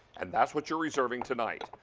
and that's what you are reserving tonight.